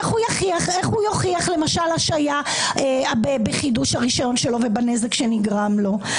איך הוא יוכיח למשל השהיה בחידוש הרישיון שלו ובנזק שנגרם לו?